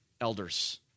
elders